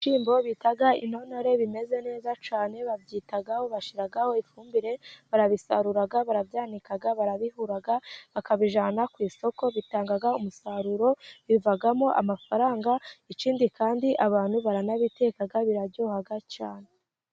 Ibishyimbo bita intonore bimeze neza cyane babyitaho, bashiraho ifumbire, barabisarura, barabyanika, barabihura, bakabijyana ku isoko bitanga umusaruro bivamo amafaranga, ikindi kandi abantu baranabiteka biraryoha cyane.